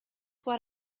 what